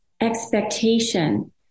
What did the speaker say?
expectation